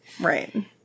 Right